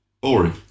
Boring